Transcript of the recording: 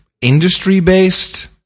industry-based